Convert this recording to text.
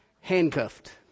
Handcuffed